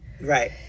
right